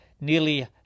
nearly